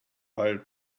hire